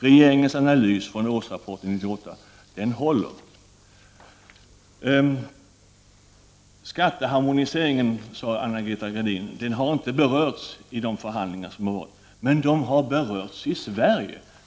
Regeringens analys från årsrapport 1988 den håller. Skatteharmoniseringen, sade Anita Gradin, har inte berörts i de förhand 31 lingar som har förts. Men de har berörts i Sverige.